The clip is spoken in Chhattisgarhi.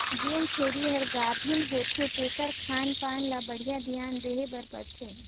जेन छेरी हर गाभिन होथे तेखर खान पान ल बड़िहा धियान देहे बर परथे